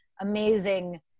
amazing